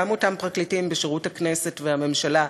גם אותם פרקליטים בשירות הכנסת והממשלה,